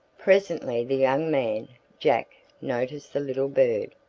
presently the young man, jack, noticed the little bird.